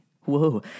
Whoa